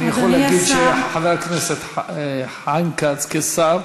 אני יכול להגיד שחבר הכנסת חיים כץ כשר,